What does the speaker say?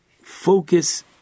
focus